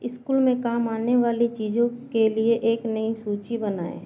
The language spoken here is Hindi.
स्कूल में काम आने वाली चीजों के लिए एक नई सूची बनाएँ